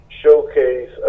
showcase